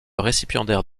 récipiendaire